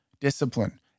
discipline